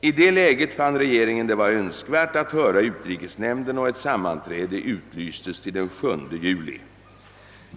I det läget fann regeringen det vara önskvärt att höra utrikesnämnden och ett sammanträde utlystes till den 7 juli.